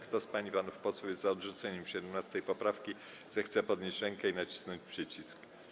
Kto z pań i panów posłów jest za odrzuceniem 17. poprawki, zechce podnieść rękę i nacisnąć przycisk.